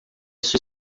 sua